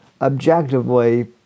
objectively